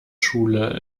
schule